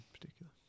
particular